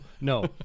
no